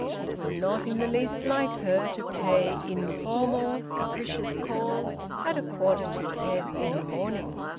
it was not in the least like her to pay informal, capricious calls at a quarter to ten in the morning.